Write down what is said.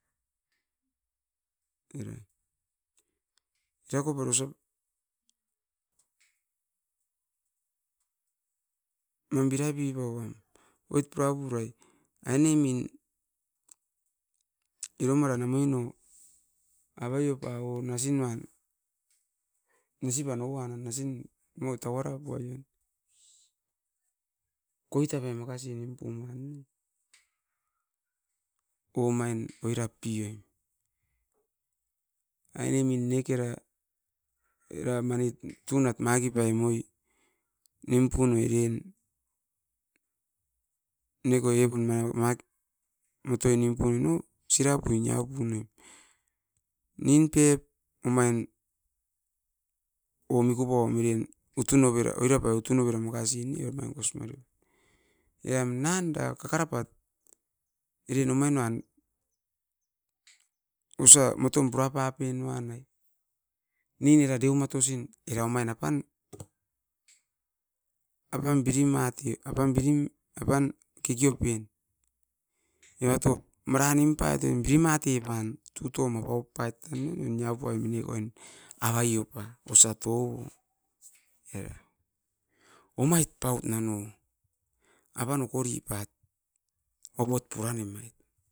Era erakoporio osia wuam birapipauam oit purapurai ainemin iromara na moino avaiopun nasinuan nesivai nasin mo tauarapuai oin. Koitave makasi nimpum mane o omain oirat pioim ainemin nekera era manit tunat makipai moi nimpunoi eren neko evon eren mak motoi nimpuoi no sirapui niapunoim nimpep omain o mikupaum eren mutunovera oirapai utunovera makasi ne omain koismare poie eram nanda kakarapat eren omain nimuan osia motom purapapinuan ai no era deumatosin era omain apan birimatoi era apan kikiopen evatop mara nimpanitan bima tuton apau pait na no niapuaim mineko avaiopan osiato oh era omait paut nano apan okoripait ovot puranem ai